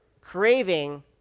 craving